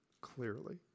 clearly